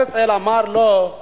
הרצל אמר לו: